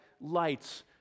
lights